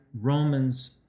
Romans